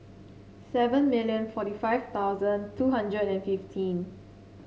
seventy million forty five thousand two hundred and fifteen